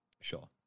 Sure